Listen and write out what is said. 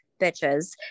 bitches